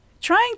trying